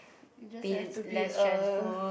you just have to be a